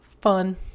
Fun